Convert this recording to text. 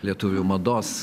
lietuvių mados